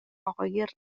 oer